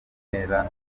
ntera